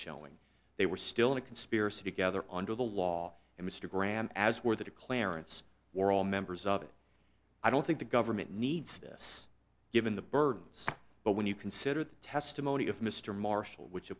showing they were still in a conspiracy together under the law and mr graham as where the clarence or all members of it i don't think the government needs this given the burdens but when you consider the testimony of mr marshall which